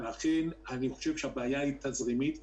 הבעיה פה היא תזרימית,